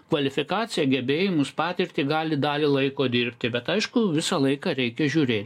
kvalifikaciją gebėjimus patirtį gali dalį laiko dirbti bet aišku visą laiką reikia žiūrėti